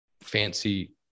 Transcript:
fancy